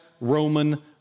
Roman